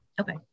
okay